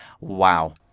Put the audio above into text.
Wow